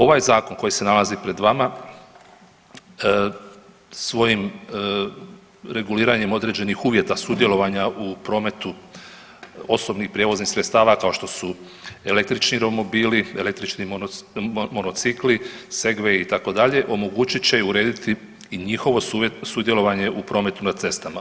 Ovaj zakon koji se nalazi pred vama svojim reguliranjem određenih uvjeta sudjelovanja u prometu osobnih prijevoznih sredstava kao što su električni romobili, električni monocikli, segwey itd. omogućit će i urediti i njihovo sudjelovanje u prometu na cestama.